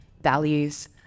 values